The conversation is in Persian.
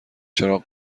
چراغ